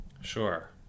Sure